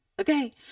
okay